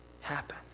happen